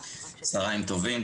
צהרים טובים.